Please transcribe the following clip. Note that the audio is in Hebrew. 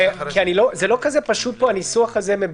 זה לא כזה פשוט פה הניסוח הזה,